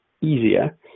easier